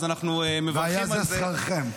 והיה זה שכרכם.